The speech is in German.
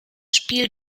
spiel